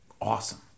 awesome